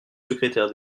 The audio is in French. secrétaire